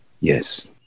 Yes